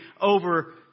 over